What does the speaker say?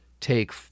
take